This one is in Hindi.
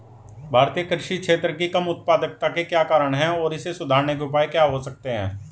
भारतीय कृषि क्षेत्र की कम उत्पादकता के क्या कारण हैं और इसे सुधारने के उपाय क्या हो सकते हैं?